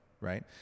right